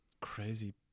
Crazy